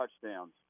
touchdowns